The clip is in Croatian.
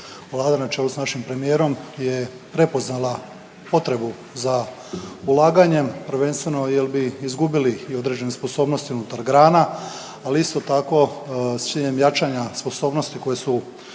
Vlada na čelu s našim premijerom je prepoznala potrebu za ulaganjem, prvenstveno jel bi izgubili i određene sposobnosti unutar grana, ali isto tako s ciljem jačanja sposobnosti koje su